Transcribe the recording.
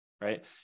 right